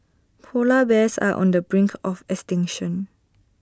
Polar Bears are on the brink of extinction